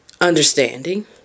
understanding